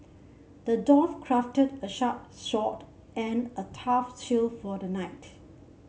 the dwarf crafted a sharp sword and a tough shield for the knight